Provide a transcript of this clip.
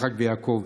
יצחק ויעקב.